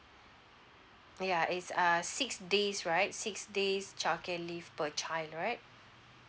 ya is err six days right six days childcare leave per child right